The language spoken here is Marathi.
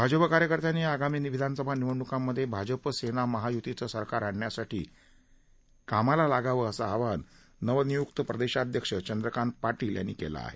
भाजप कार्यकर्त्यांनी आगामी विधानसभा निवडणुकांमध्ये भाजप सेना महायुतीच सरकार आणण्यासाठी कामाला लागावं असं आवाहन नवनियुक्त प्रदेशाध्यक्ष चंद्रकांत पाटील यांनी केलं आहे